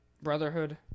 Brotherhood